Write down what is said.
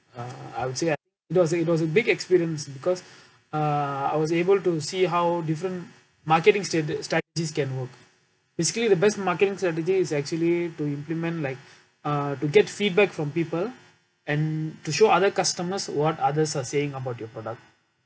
I would say it was it was a big experience because uh I was able to see how different marketing strate~ strategies can work basically the best marketing of the day is actually to implement like uh to get feedback from people and to show other customers what others are saying about your product